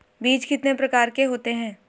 बीज कितने प्रकार के होते हैं?